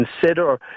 consider